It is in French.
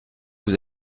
vous